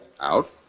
Out